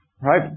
right